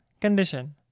condition